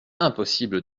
impossible